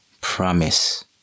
promise